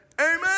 Amen